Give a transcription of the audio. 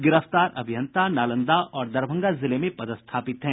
गिरफ्तार अभियंता नालंदा और दरभंगा में पदस्थापित हैं